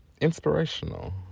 inspirational